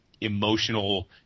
emotional